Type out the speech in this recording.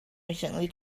recently